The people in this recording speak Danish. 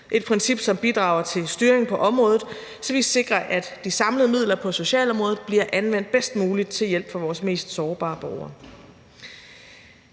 et princip, som bidrager til styring på området, så vi sikrer, at de samlede midler på socialområdet bliver anvendt bedst muligt til hjælp for vores mest sårbare borgere.